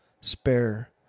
spare